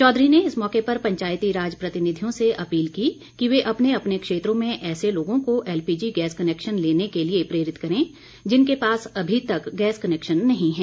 चौधरी ने इस मौके पर पंचायती राज प्रतिनिधियों से अपील की कि वे अपने अपने क्षेत्रों में ऐसे लोगों को एलपीजी गैस कनेक्शन लेने के लिए प्रेरित करें जिनके पास अमी तक गैस कनेक्शन नहीं है